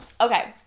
Okay